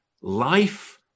life